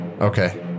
Okay